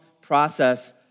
process